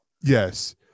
Yes